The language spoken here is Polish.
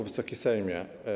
Wysoki Sejmie!